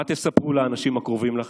מה תספרו לאנשים הקרובים לכם?